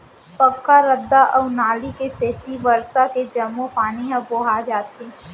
पक्का रद्दा अउ नाली के सेती बरसा के जम्मो पानी ह बोहा जाथे